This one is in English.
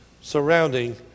surrounding